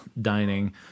Dining